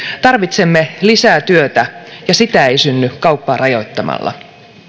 tarvitsemme lisää työtä ja sitä ei synny kauppaa rajoittamalla